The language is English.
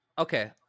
Okay